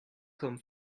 come